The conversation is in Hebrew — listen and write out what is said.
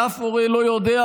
ואף הורה לא יודע,